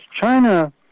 China